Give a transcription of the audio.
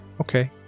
okay